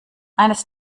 eines